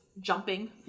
jumping